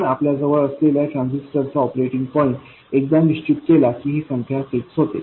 आपण आपल्या जवळ असलेल्या ट्रान्झिस्टरचा ऑपरेटिंग पॉईंट एकदा निश्चित केला की ही संख्या फिक्स होते